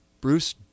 Bruce